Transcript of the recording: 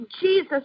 Jesus